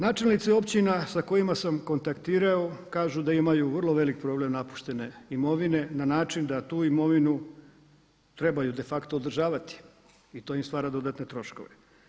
Načelnici općina sa kojima sam kontaktirao kažu da imaju vrlo veliki problem napuštene imovine na način da tu imovinu trebaju de facto održavati i to im stvara dodatne troškove.